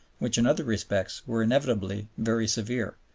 which in other respects were inevitably very severe,